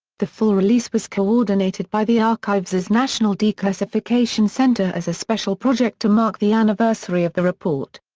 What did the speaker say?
the full release was coordinated by the archives's national declassification center as a special project to mark the anniversary of the report.